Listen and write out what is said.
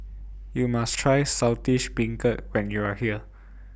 YOU must Try Saltish Beancurd when YOU Are here